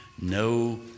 no